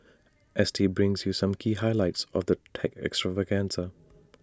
S T brings you some key highlights of the tech extravaganza